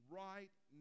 right